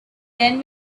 then